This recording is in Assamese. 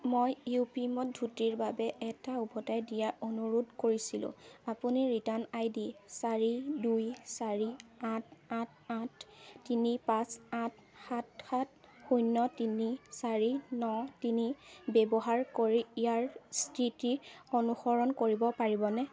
মই য়েপমিত ধুতিৰ বাবে এটা উভতাই দিয়া অনুৰোধ কৰিছিলোঁ আপুনি ৰিটাৰ্ণ আই ডি চাৰি দুই চাৰি আঠ আঠ আঠ তিনি পাঁচ আঠ সাত সাত শূন্য তিনি চাৰি ন তিনি ব্যৱহাৰ কৰি ইয়াৰ স্থিতি অনুসৰণ কৰিব পাৰিবনে